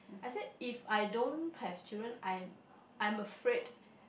I said if I don't have children I I'm afraid